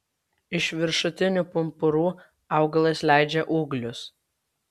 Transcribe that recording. iš viršutinių pumpurų augalas leidžia ūglius